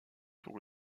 pour